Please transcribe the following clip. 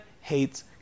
hates